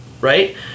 right